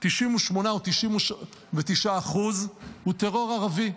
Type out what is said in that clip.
98% או 99% הוא טרור ערבי.